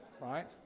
right